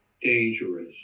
dangerous